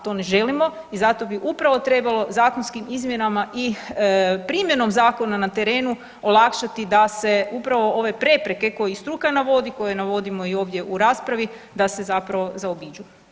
To ne želimo i zato bi upravo trebalo zakonskim izmjenama i primjenom zakona na terenu olakšati da se upravo ove prepreke koje i struka navodi, koje navodimo i ovdje u raspravi da se zapravo zaobiđu.